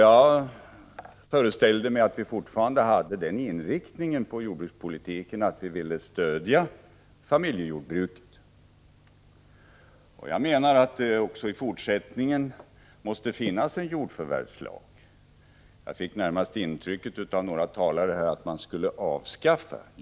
Jag har föreställt mig att vi fortfarande har den inriktningen beträffande jordbrukspolitiken att vi vill stödja familjejordbruket. Enligt min åsikt måste det också i fortsättningen finnas en jordförvärvslag. När jag hörde några talare här fick jag närmast ett intryck av att jordförvärvslagen helt skulle avskaffas.